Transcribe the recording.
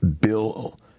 Bill